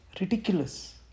Ridiculous